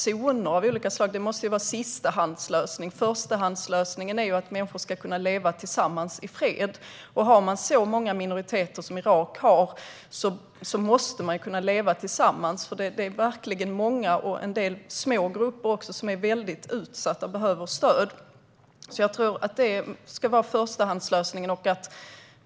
Zoner av olika slag måste vara en sistahandslösning. Förstahandslösningen är att människor ska kunna leva tillsammans i fred. Om man har så många minoriteter som Irak måste man kunna leva tillsammans. Minoriteterna är verkligen många, och en del små grupper som är väldigt utsatta behöver stöd. Det ska vara förstahandslösningen.